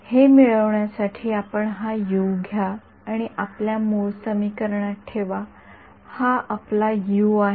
हे मिळविण्यासाठी आपण हा यू घ्या आणि आपल्या मूळ समीकरणात ठेवा हा आपला यू आहे